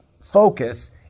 focus